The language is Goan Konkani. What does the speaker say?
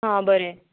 हां बरें